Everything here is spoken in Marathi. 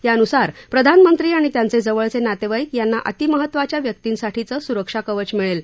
यानुसार प्रधानमंत्री आणि त्यांचे जवळचे नातेवाईक यांना अतीमहत्वाच्या व्यक्तींसाठीचं सुरक्षा कवच मिळेल